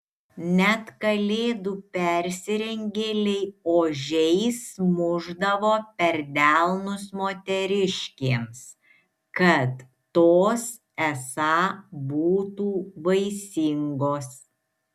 net kalėdų persirengėliai ožiais mušdavo per delnus moteriškėms kad tos esą būtų vaisingos